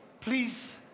Please